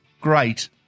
great